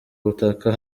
butaka